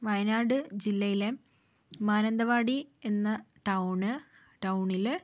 വയനാട് ജില്ലയിലെ മാനന്തവാടി എന്ന ടൗണ് ടൗണില്